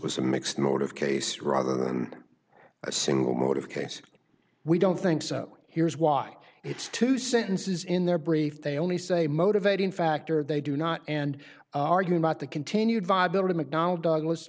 was a mixed motive case rather than a single motive case we don't think so here's why it's two sentences in their brief they only say motivating factor they do not and argue about the continued viability mcdonnell douglas